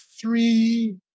three